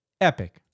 Epic